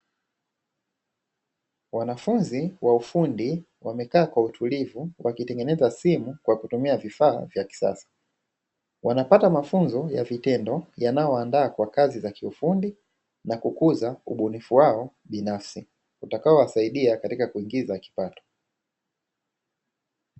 Wanafunzi wa ufundi wamekaa kwa utulivu wakitengeneza simu kwa kutumia vifaa vya kisasa, wanapata mafunzo ya vitendo yanayoandaa kwa kazi za kiufundi na kukuza ubunifu wao binafsi utakaowasaidia katika kuingiza kipato.